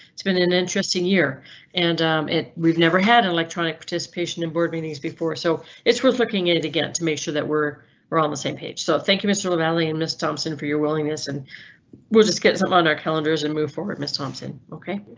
it's been an an interesting year and we've never had an electronic participation in board meetings before, so it's worth looking at it again to make sure that we're we're on the same page. so thank you, mr lavalley and miss thompson for your willingness, and we'll just get something on our calendars and move forward. miss thompson. ok,